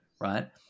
right